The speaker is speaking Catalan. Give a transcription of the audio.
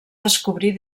descobrir